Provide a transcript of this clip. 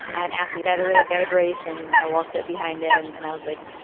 an athlete at a really bad race. and i walked up behind him and i was like,